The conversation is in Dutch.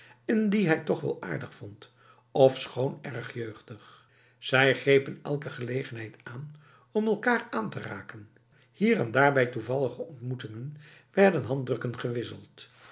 die hij toch wel aardig vond ofschoon erg jeugdig zij grepen elke gelegenheid aan om elkaar aan te raken hier en daar bij toevallige ontmoetingen werden handdrukken gewisseld